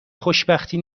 خوشبختی